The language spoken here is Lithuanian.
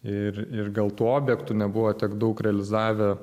ir ir gal tų objektų nebuvo tiek daug realizavę